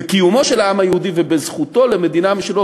בקיומו של העם היהודי ובזכותו למדינה משלו,